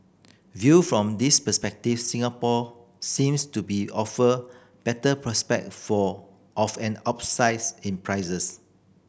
viewed from this perspective Singapore seems to be offer better prospect for of an upsides in prices